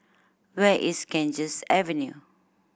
where is Ganges Avenue